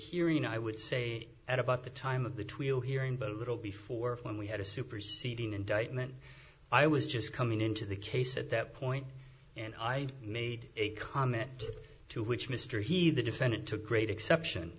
hearing i would say at about the time of the tweel hearing but a little before when we had a superseding indictment i was just coming into the case at that point and i made a comment to which mr he the defendant took great exception